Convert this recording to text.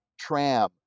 tram